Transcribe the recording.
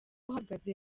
uhagaze